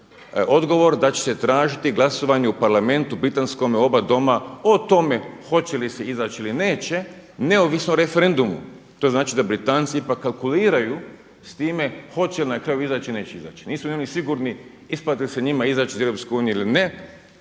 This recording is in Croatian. odgovor da će se tražiti glasovanje u parlamentu britanskome oba Doma o tome hoće li se izaći ili neće, neovisno o referendumu. To znači da Britanci ipak kalkuliraju s time hoće li na kraju izaći ili neće izaći. Nisu ni oni sigurni isplati li se njima izaći iz EU ili ne.